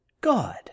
God